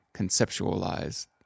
conceptualize